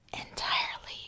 entirely